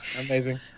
Amazing